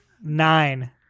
Nine